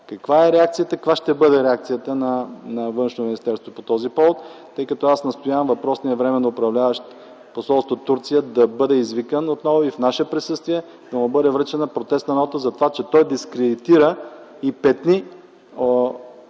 Каква е реакцията, и каква ще бъде реакцията на Външно министерство по този повод? Тъй като, аз настоявам въпросният временно управляващ посолство Турция да бъде извикан отново и в наше присъствие да му бъде връчена протестна нота за това, че той дискредитира и петни